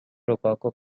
rococo